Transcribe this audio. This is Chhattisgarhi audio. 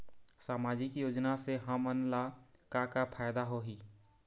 सामाजिक योजना से हमन ला का का फायदा होही?